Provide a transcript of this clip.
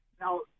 Now